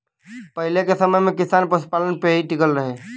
पहिले के समय में किसान पशुपालन पे ही टिकल रहे